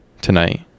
tonight